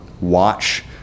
watch